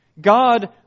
God